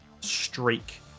streak